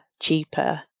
cheaper